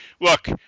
look